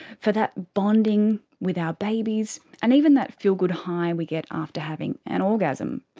for that bonding with our babies and even that feel-good high we get after having an orgasm.